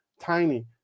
tiny